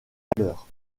valeur